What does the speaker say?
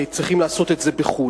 צריכים לעשות את זה בחו"ל.